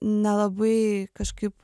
nelabai kažkaip